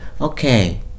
okay